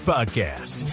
Podcast